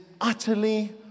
utterly